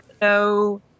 no